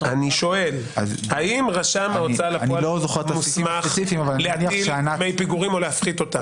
אני שואל האם רשם ההוצאה לפועל מוסמך להטיל דמי פיגורים או להפחית אותם.